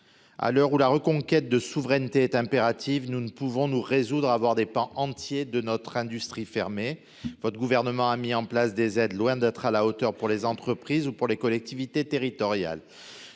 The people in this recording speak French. À l'heure où la reconquête de souveraineté est impérative, nous ne pouvons nous résoudre à voir des pans entiers de notre industrie fermer. Les aides mises en place par votre gouvernement sont loin d'être à la hauteur pour les entreprises et les collectivités territoriales.